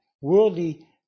worldly